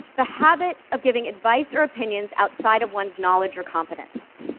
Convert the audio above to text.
the habit of giving advice or opinions outside of one's knowledge or competence.